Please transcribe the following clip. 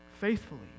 faithfully